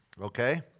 Okay